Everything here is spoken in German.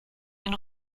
den